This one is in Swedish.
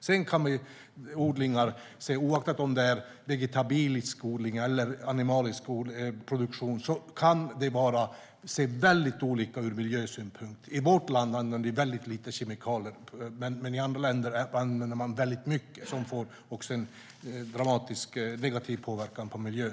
Sedan kan odlingar, oavsett om det är vegetabilisk odling eller animalisk produktion, se väldigt olika ut ur miljösynpunkt. I vårt land använder vi väldigt lite kemikalier, men i andra länder använder man mycket, och mycket som också får en dramatiskt negativ påverkan på miljön.